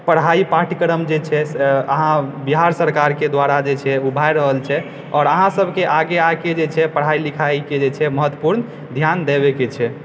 पढाई पाठ्यक्रम जे छै अहाँ बिहार सरकारके द्वारा जे छै ओ भै रहल छै आओर अहाँसभके आगे आके जे छै पढाइ लिखाइके जे छै महत्वपूर्ण ध्यान देबयके छै